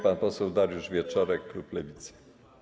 Pan poseł Dariusz Wieczorek, klub Lewicy.